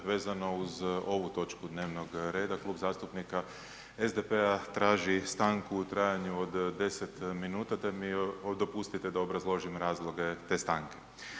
Vezano uz ovu točku dnevnog reda Klub zastupnika SDP-a traži stanku u trajanju od 10 minuta, te mi dopustite da obrazložim razloge te stanke.